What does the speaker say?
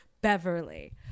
Beverly